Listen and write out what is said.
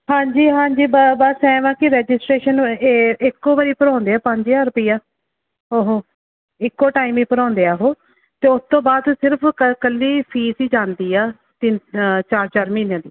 ਹਾਂਜੀ ਹਾਂਜੀ ਬ ਬਸ ਐਂ ਵਾ ਕਿ ਰੈਜਿਸਟ੍ਰੇਸ਼ਨ ਹੋਏ ਇਹ ਇੱਕ ਵਾਰੀ ਭਰਾਉਂਦੇ ਹੈ ਪੰਜ ਹਜ਼ਾਰ ਰੁਪਈਆ ਉਹ ਇੱਕ ਟਾਈਮ ਹੀ ਭਰਾਉਂਦੇ ਹੈ ਉਹ ਅਤੇ ਉਸ ਤੋਂ ਬਾਅਦ ਸਿਰਫ਼ ਕ ਇਕੱਲੀ ਫੀਸ ਹੀ ਜਾਂਦੀ ਹੈ ਤਿੰਨ ਚਾਰ ਚਾਰ ਮਹੀਨਿਆਂ ਦੀ